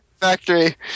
factory